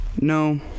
No